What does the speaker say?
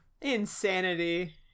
Insanity